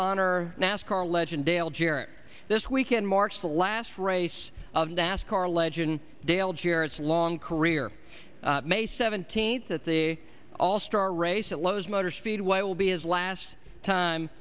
honor nascar legend dale jarrett this weekend marks the last race of nascar legend dale jr its long career may seventeenth at the all star race at lowe's motor speedway will be his last time